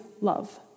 love